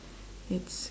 it's